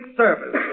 service